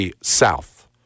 South